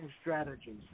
strategies